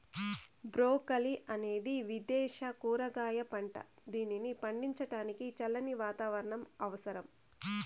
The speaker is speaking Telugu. బ్రోకలి అనేది విదేశ కూరగాయ పంట, దీనిని పండించడానికి చల్లని వాతావరణం అవసరం